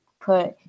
put